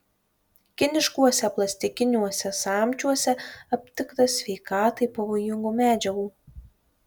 kiniškuose plastikiniuose samčiuose aptikta sveikatai pavojingų medžiagų